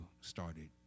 started